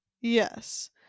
Yes